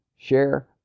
share